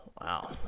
Wow